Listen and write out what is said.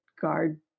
guard